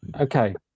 Okay